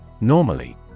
Normally